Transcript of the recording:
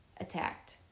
attacked